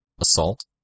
Assault